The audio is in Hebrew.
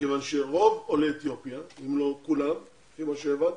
מכיוון שרוב עולי אתיופיה אם לא כולם לפי מה שהבנתי,